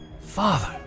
Father